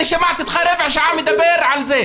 אני שמעתי אותך רבע שעה מדבר על זה.